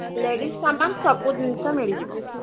ladies ସାମାନ୍ ସବୁ ଜିନିଷ ମିଳିଯିବ